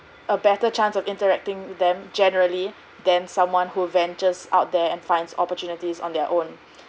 a better chance of interacting with them generally than someone who ventures out there and finds opportunities on their own